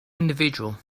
individual